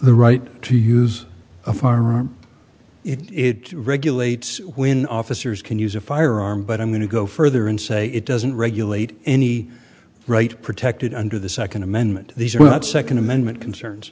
the right to use a firearm it regulates when officers can use a firearm but i'm going to go further and say it doesn't regulate any right protected under the second amendment these are not second amendment concerns